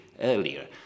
earlier